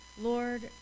Lord